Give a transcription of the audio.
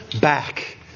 back